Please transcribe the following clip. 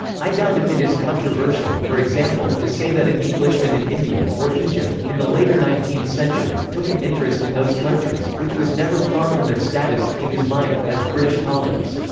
i doubt if it is controversial, for example, to say that an englishman in india, or egypt, in the later nineteenth century, took an interest in those countries, which was never far from their status, in his mind, as british colonies.